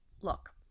look